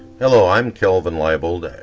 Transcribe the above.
hello i'm kelvin leibold,